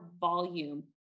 volume